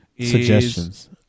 Suggestions